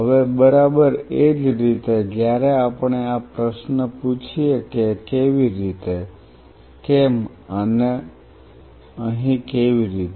હવે બરાબર એ જ રીતે જ્યારે આપણે આ પ્રશ્ન પૂછીએ કે કેવી રીતે કેમ અને અહીં કેવી રીતે